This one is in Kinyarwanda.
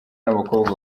n’abakobwa